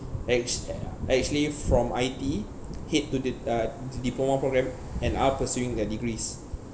ac~ uh actually from I_T_E head to the uh diploma program and are pursuing their degrees